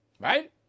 right